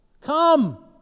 Come